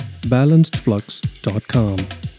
balancedflux.com